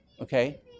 okay